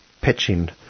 pitching